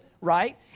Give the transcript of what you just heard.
right